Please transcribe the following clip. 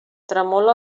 tremola